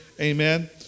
amen